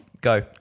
go